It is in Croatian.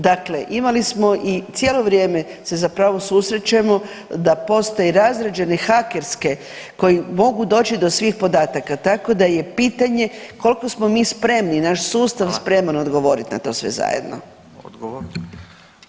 Dakle, imali smo i cijelo vrijeme se zapravo susrećemo da postoje razrađene hakerske koje mogu doći do svih podataka, tako da je pitanje koliko smo mi spremni, naš sustav spreman odgovoriti na to sve zajedno.